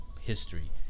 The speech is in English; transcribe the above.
history